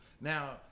Now